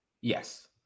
Yes